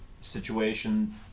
situation